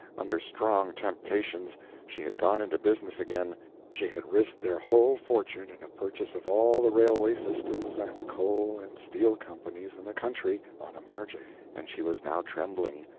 under strong temptation she had gone into business again she had risked their whole fortune in a purchase of all the railway systems and coal and steel companies in the country on a margin, and she was now trembling,